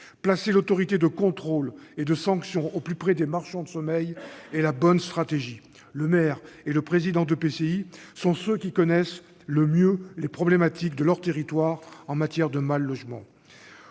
Placer l'autorité de contrôle et de sanction au plus près des marchands de sommeil est la bonne stratégie. Le maire et le président d'EPCI sont ceux qui connaissent le mieux les problématiques de leurs territoires en matière de mal-logement.